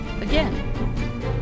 Again